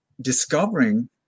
discovering